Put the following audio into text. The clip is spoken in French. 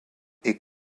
est